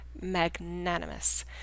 magnanimous